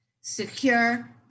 secure